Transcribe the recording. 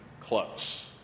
close